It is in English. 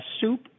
soup